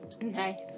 Nice